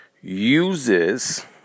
uses